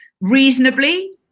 reasonably